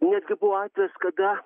netgi buvo atvejis kada